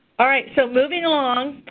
all right, so moving along.